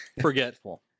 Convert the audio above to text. forgetful